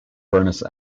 bernice